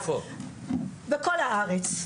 בכל הארץ.